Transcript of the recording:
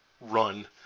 run